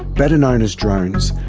better known as drones,